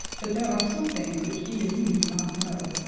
but there are some things which even you do not know,